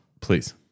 Please